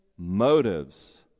Motives